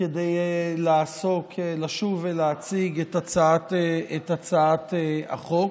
כדי לעסוק, לשוב ולהציג את הצעת החוק.